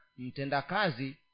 mtendakazi